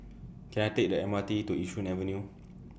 Can I Take The M R T to Yishun Avenue